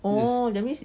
oh that means